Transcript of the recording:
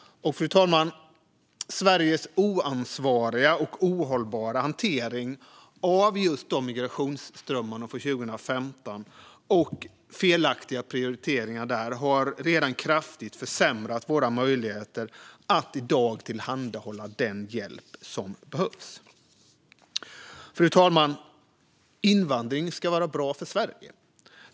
Fru talman! Sveriges oansvariga och ohållbara hantering av just migrationsströmmarna från 2015, och felaktiga prioriteringar där, har redan kraftigt försämrat våra möjligheter att i dag tillhandahålla den hjälp som behövs. Fru talman! Invandring ska vara bra för Sverige.